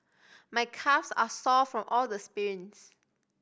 my calves are sore from all the sprints